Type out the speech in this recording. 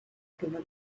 gyfer